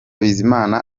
bizimana